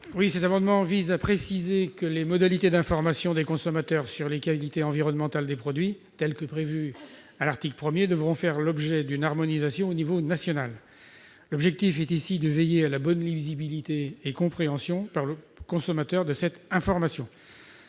Cet amendement vise à préciser que les modalités d'information des consommateurs sur les qualités environnementales des produits prévues à l'article 1 devront faire l'objet d'une harmonisation au niveau national. L'objectif est de veiller à la bonne lisibilité et compréhension par le consommateur de cette information.